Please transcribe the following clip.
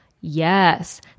yes